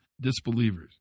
disbelievers